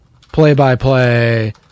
play-by-play